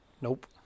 Nope